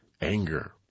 anger